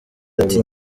ati